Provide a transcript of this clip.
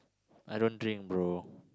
I don't drink bro